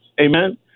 Amen